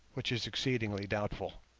which is exceedingly doubtful.